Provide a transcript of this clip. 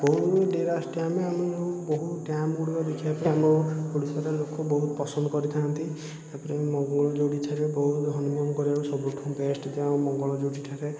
ବହୁତ ଡେରାସ୍ ଡ୍ୟାମ୍ ବହୁତ ଡ୍ୟାମ୍ଗୁଡ଼ିକ ଦେଖିବା ପାଇଁ ଆମ ଓଡ଼ିଶାର ଲୋକ ବହୁତ ପସନ୍ଦ କରିଥାଆନ୍ତି ତା'ପରେ ମଙ୍ଗଳଯୋଡ଼ି ଠାରେ ବହୁତ ହନିମୁନ୍ କରିବାକୁ ସବୁଠୁ ବେଷ୍ଟ୍ ମଙ୍ଗଳଯୋଡ଼ି ଠାରେ